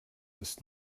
ist